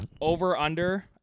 Over-under